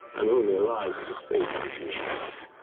i'm only alive because fate wants me alive.